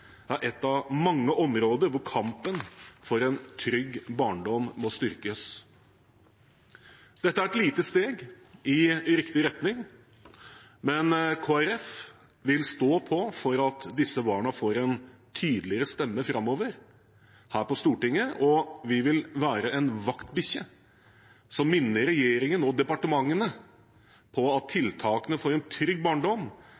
er ett av mange områder hvor kampen for en trygg barndom må styrkes. Dette er et lite steg i riktig retning, men Kristelig Folkeparti vil stå på for at disse barna får en tydeligere stemme framover her på Stortinget, og vi vil være en vaktbikkje som minner regjeringen og departementene på at tiltakene for en trygg barndom